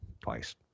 Twice